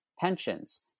pensions